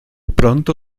pronto